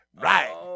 right